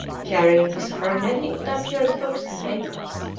carrying with her many of dampier's books and papers.